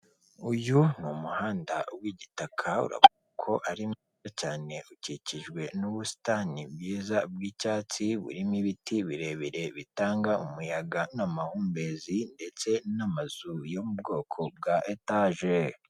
Uyu ni umuhanda w'igitaka ubona ko Ari muto cyane ukikijwe n'ubusitani bwiza bw'icyatsi burimo ibiti birebire bitanga umuyaga n'amahumbezi ndetse n'amazu yo mu bwoko bwa etaje.